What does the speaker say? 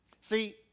See